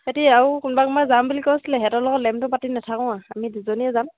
সেহেঁতি আৰু কোনবা কোনবা যাম বুলি কৈছিলে সিহঁতৰ লগত লেমটো পাতি নাথাকোঁ আৰু আমি দুইজনীয়ে যাম